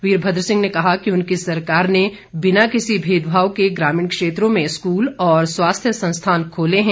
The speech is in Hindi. वीरभद्र सिंह ने कहा कि उनकी सरकार ने बिना किसी भेदभाव के ग्रामीण क्षेत्रों में स्कूल और स्वास्थ्य संस्थान खोले हैं